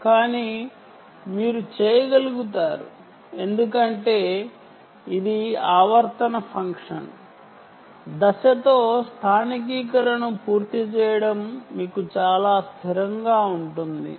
కానీ మీరు చేయగలుగుతారు ఎందుకంటే ఇది పీరియాడిక్ ఫంక్షన్ ఫేస్తో స్థానికీకరణను పూర్తి చేయడం మీకు చాలా స్థిరంగా ఉంటుంది